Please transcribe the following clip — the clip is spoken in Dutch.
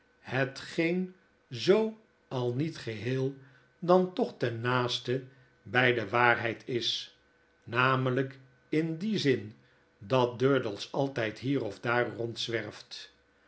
hetgeen zoo al niet geheel dan toch ten naasten by de waarheid is namelyk in dien ziu dat durdels altyd bier of daar